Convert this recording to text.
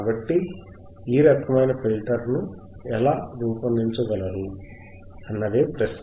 కాబట్టి మీరు ఈ రకమైన ఫిల్టర్ ను ఎలా రూపొందించగలరు అన్నదే ప్రశ్న